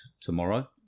tomorrow